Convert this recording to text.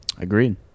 Agreed